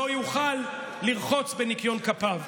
לא יוכל לרחוץ בניקיון כפיו.